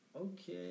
okay